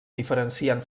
diferencien